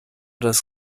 das